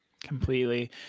Completely